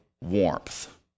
warmth